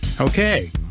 Okay